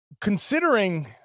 considering